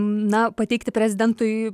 na pateikti prezidentui